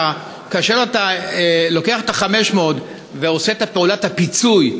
כאשר אתה לוקח את ה-500 ועושה את פעולת הפיצוי,